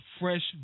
fresh